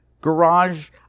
garage